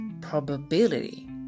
probability